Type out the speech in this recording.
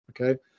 Okay